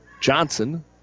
Johnson